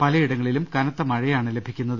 പലയിട ങ്ങളിലും കനത്ത മഴയാണ് ലഭിക്കുന്നത്